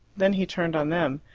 then he turned on them,